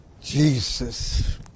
Jesus